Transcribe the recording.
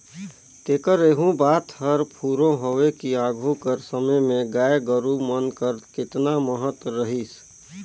तेकर एहू बात हर फुरों हवे कि आघु कर समे में गाय गरू मन कर केतना महत रहिस